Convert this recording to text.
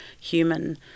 human